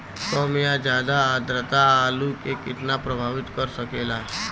कम या ज्यादा आद्रता आलू के कितना प्रभावित कर सकेला?